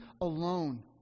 alone